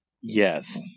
Yes